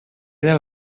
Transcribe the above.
del